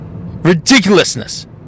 Ridiculousness